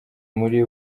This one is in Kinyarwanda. muri